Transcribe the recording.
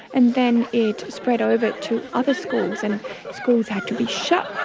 and then it spread over to other schools, and schools had to be shut.